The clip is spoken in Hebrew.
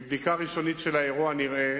מבדיקה ראשונית של האירוע נראה